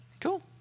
cool